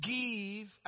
Give